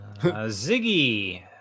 Ziggy